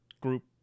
group